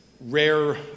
rare